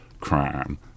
crime